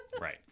Right